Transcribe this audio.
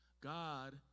God